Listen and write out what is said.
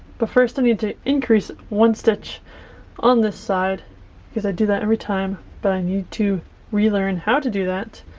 but first i need to increase one stitch on this side because i do that every time but i need to relearn how to do that.